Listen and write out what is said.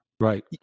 Right